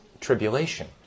tribulation